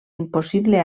impossible